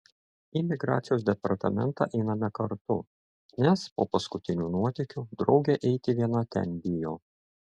į migracijos departamentą einame kartu nes po paskutinių nuotykių draugė eiti viena ten bijo